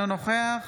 אינו נוכח